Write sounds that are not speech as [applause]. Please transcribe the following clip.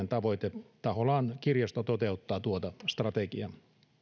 [unintelligible] tavoite tahollaan kirjasto toteuttaa tuota strategiaa